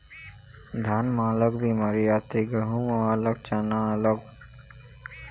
धान म अलग बेमारी आथे, गहूँ म अलग, चना म अलग